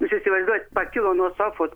jūs įsivaizduojat pakilo nuo sofos